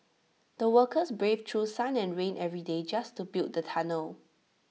the workers braved through sun and rain every day just to build the tunnel